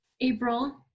April